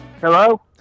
Hello